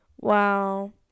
Wow